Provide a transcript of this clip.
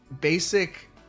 basic